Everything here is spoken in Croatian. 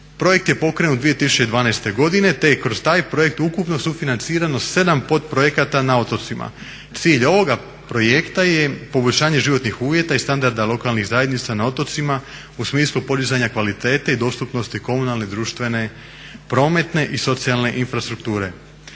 Projekt je pokrenut 2012. godine te je kroz taj projekt ukupno sufinancirano 7 podprojekata na otocima. Cilj ovoga projekta je poboljšanje životnih uvjeta i standarda lokalnih zajednica na otocima u smislu podizanja kvalitete i dostupnosti komunalne, društvene, prometne i socijalne infrastrukture.